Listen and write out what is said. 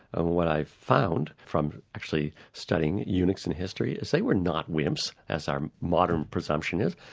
and what i found from actually studying eunuchs in history is they were not wimps, as our modern presumption is,